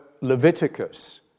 Leviticus